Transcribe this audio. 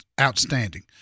outstanding